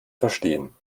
verstehen